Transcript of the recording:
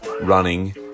running